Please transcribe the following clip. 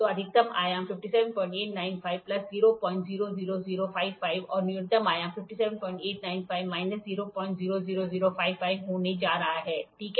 तो अधिकतम आयाम 57895 प्लस 000055 और न्यूनतम आयाम 57895 माइनस 000055 होने जा रहा है ठीक